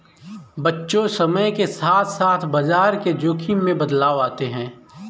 बच्चों समय के साथ साथ बाजार के जोख़िम में बदलाव आते हैं